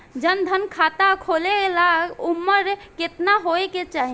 जन धन खाता खोले ला उमर केतना होए के चाही?